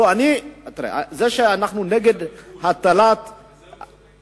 אתה נגד הבלבול, ובזה אתה צודק.